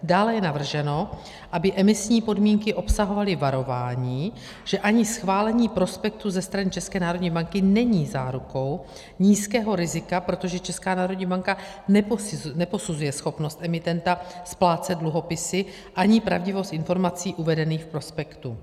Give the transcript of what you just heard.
Dále je navrženo, aby emisní podmínky obsahovaly varování, že ani schválení prospektu ze strany České národní banky není zárukou nízkého rizika, protože Česká národní banka neposuzuje schopnost emitenta splácet dluhopisy ani pravdivost informací uvedených v prospektu.